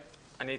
מרב,